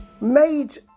Made